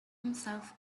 himself